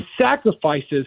sacrifices